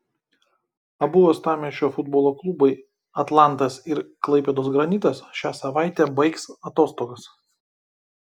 abu uostamiesčio futbolo klubai atlantas ir klaipėdos granitas šią savaitę baigs atostogas